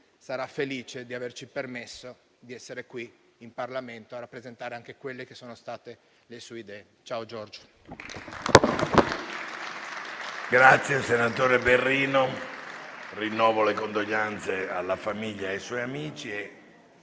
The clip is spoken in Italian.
sarà felice di averci permesso di essere qui in Parlamento a rappresentare quelle che sono state anche le sue idee. Ciao, Giorgio.